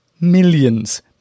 millions